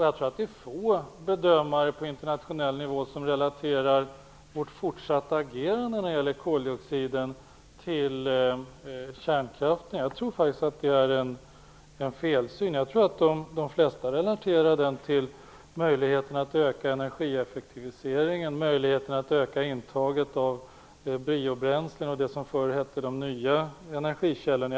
Jag tror att det är få bedömare på internationell nivå som relaterar vårt fortsatta agerande när det gäller koldioxiden till kärnkraften. Det är en felsyn. Jag tror att de flesta relaterar det till möjligheten att öka energieffektiviseringen och möjligheten att öka intaget av biobränslen och det som förut hette de nya energikällorna.